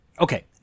Okay